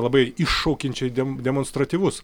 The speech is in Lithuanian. labai iššaukiančiai de demonstratyvus